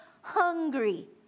hungry